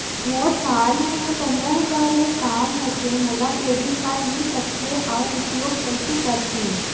मोर साल मे पंद्रह हजार ले काम होथे मोला क्रेडिट कारड मिल सकथे? अउ उपयोग कइसे करथे?